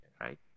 right